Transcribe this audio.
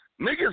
Niggas